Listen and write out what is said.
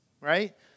right